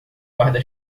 guarda